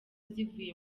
zivuye